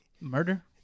Murder